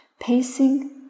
pacing